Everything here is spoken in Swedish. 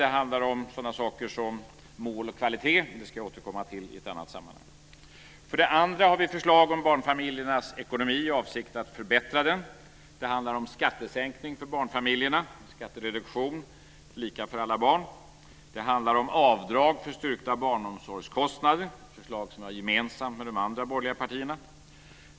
Det handlar om sådana saker som mål och kvalitet - jag ska återkomma till det i ett annat sammanhang. För det andra har vi förslag om barnfamiljernas ekonomi i avsikt att förbättra den. Det handlar om skattesänkning för barnfamiljerna, en skattereduktion lika för alla barn. Det handlar om avdrag för styrkta barnomsorgskostnader, förslag som vi har gemensamt med de andra borgerliga partierna.